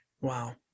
Wow